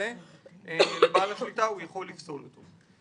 בעל השליטה יכול לפסול אותו.